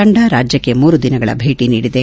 ತಂಡ ರಾಜ್ಲಕ್ಷೆ ಮೂರು ದಿನಗಳ ಭೇಟಿ ನೀಡಿದೆ